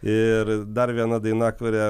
ir dar viena daina kurią